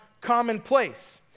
commonplace